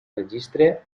registre